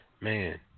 man